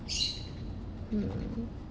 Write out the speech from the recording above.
mm